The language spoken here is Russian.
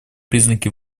признаки